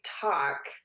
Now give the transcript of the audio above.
talk